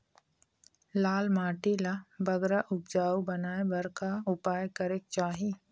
लाल माटी ला बगरा उपजाऊ बनाए बर का उपाय करेक चाही?